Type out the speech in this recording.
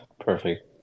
perfect